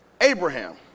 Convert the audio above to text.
Abraham